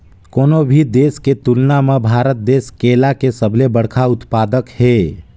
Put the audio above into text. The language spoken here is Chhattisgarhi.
कोनो भी देश के तुलना म भारत देश केला के सबले बड़खा उत्पादक हे